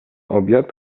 obiad